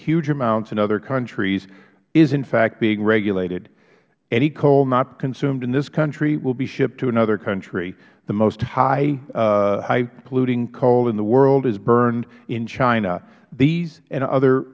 huge amounts in other countries is in fact being regulated any coal not consumed in this country will be shipped to another country the most high polluting coal in the world is burned in china these and other